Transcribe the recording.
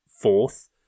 fourth